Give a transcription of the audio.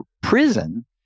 Prison